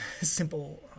simple